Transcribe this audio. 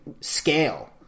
scale